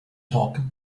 talk